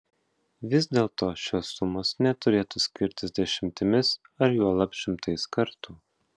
vis dėlto šios sumos neturėtų skirtis dešimtimis ar juolab šimtais kartų